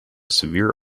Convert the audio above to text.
severe